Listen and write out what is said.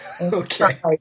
Okay